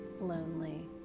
lonely